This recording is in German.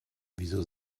wieso